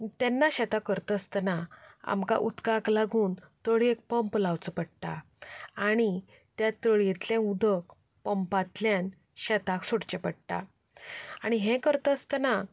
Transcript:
तेन्ना शेतां करता आसतना आमकां उदकाक लागून थोडे पंप लावचो पडटा आनी त्या तळयेंतलें उदक पंपांतल्यान शेताक सोडचें पडटा आनी हें करता आसतना